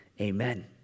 amen